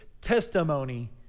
testimony